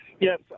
Yes